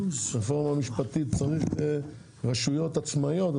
רפורמה משפטית צריך ברשויות עצמאיות?